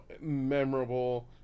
memorable